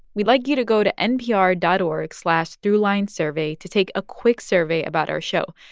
we'd like you to go to npr dot org slash throughlinesurvey to take a quick survey about our show.